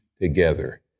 together